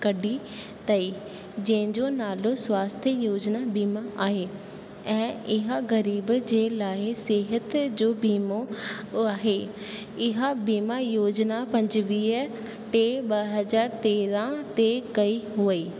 कढी तई जंहिंजो नालो स्वास्थिक योजना बीमा आहे ऐं इहा ग़रीब जे लाइ सिहत जो बीमो आहे इहा बीमा योजना पंजुवीह टे ॿ हज़ार तेरहं ते कई हुअईं